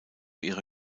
ihre